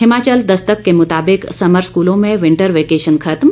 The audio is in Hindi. हिमाचल दस्तक के मुताबिक समर स्कूलों में विंटर वोकेशन खत्म